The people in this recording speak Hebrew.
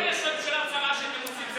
לא ניכנס לממשלה צרה שאתם עושים.